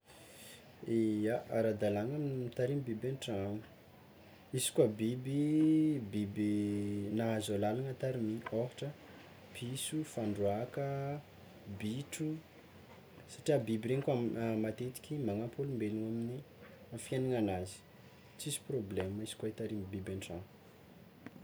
Ia, ara-dalagna mitarimy biby an-tragno, izy koa biby biby nahazo alalagna tariminy ôhatra, piso, fandroaka, bitro satria biby regny koa matetiky magnampy olombelo amin'ny fiaignananazy, tsisy prôblema izy koa hitarimy biby an-tragno.